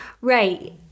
Right